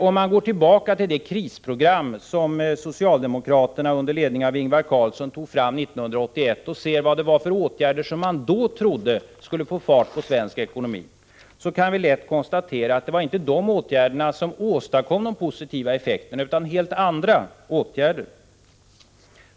Om man går tillbaka till det krisprogram som socialdemokraterna under ledning av Ingvar Carlsson tog fram 1981 och ser vad det var för åtgärder som man då trodde skulle få fart på svensk ekonomi, kan vi konstatera att det inte var dessa åtgärder som åstadkom positiva effekter, utan helt andra åtgärder.